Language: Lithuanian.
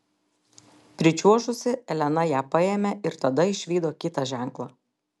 pričiuožusi elena ją paėmė ir tada išvydo kitą ženklą